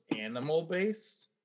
animal-based